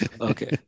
Okay